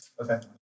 Okay